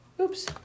Oops